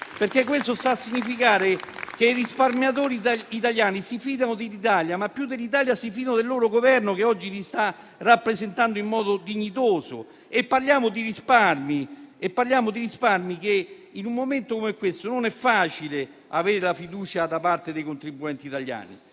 perché sta a significare che i risparmiatori italiani si fidano dell'Italia e in particolare si fidano del loro Governo, che oggi li sta rappresentando in modo dignitoso. Parliamo di risparmi in un momento come questo, in cui non è facile avere la fiducia da parte dei contribuenti italiani.